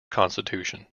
constitution